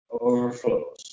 Overflows